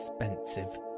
expensive